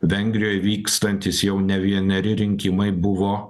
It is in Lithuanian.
vengrijoj vykstantys jau ne vieneri rinkimai buvo